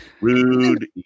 Rude